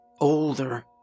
older